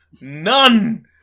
none